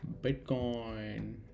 bitcoin